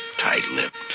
tight-lipped